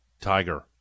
Tiger